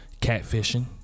catfishing